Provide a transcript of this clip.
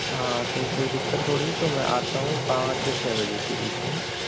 हाँ तो कोई दिक्कत थोड़ी है तो मैं आता हूँ पाँच या छः बजे के बीच में